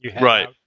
Right